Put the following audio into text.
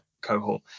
cohort